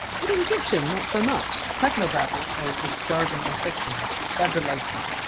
but in fiction, not so much technobabble or just jargon in fiction that delights me.